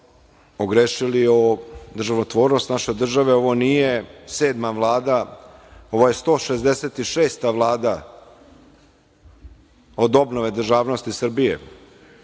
ogrešili o državotvornost naše države. Ovo nije sedma Vlada, ovo je 166 Vlada od obnove državnosti Srbije.